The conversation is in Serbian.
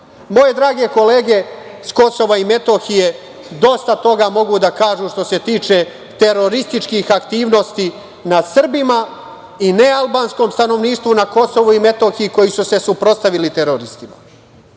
drage kolege sa Kosova i Metohije dosta toga mogu da kažu što se tiče terorističkih aktivnosti nad Srbima i nealbanskom stanovništvu na Kosovu i Metohiji, koji su se suprotstavili teroristima. Moje